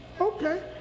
Okay